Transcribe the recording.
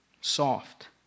Soft